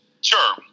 Sure